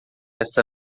essa